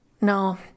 No